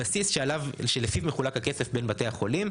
הבסיס שלפיו מחולק הכסף בין בתי החולים,